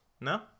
No